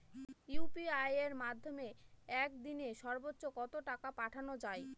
UPI এর মাধ্যমে এক দিনে সর্বচ্চ কত টাকা পাঠানো যায়?